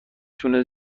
تونه